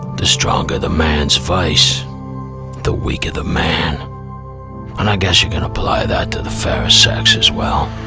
the stronger the man's vice the weaker the man and i guess you can apply that to the fairer sex as well.